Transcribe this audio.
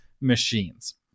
machines